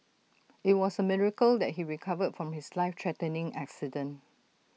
IT was A miracle that he recovered from his life threatening accident